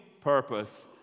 purpose